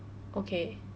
okay